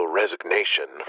resignation